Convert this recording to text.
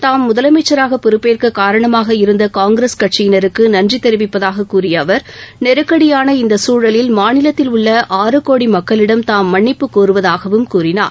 தாம் முதலமைச்சராக பொறுப்பேற்க காரணமாக இருந்த காங்கிரஸ் கட்சியினருக்கு நன்றி தெரிவிப்பதாக கூறிய அவர் நெருக்கடியான இந்த சூழலில் மாநிலத்தில் உள்ள ஆறு கோடி மக்களிடம் தாம் மன்னிப்புக் கோருவதாகவும் கூறினார்